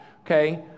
okay